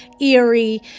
eerie